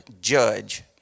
judge